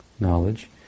knowledge